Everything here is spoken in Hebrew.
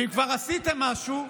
ואם כבר עשיתם משהו,